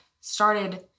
started